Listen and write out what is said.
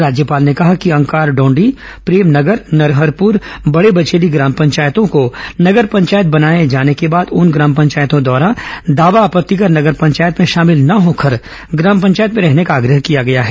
राज्यपाल ने कहा कि अंकार डौंडी प्रेमनगर नरहरपुर बड़े बचेली ग्राम पंचायतों को नगर पंचायत बनाये जाने पर उन ग्राम पंचायतों द्वारा दावा आपत्ति कर नगर पंचायत में शामिल न होकर ग्राम पंचायत में रहने का आग्रह किया गया है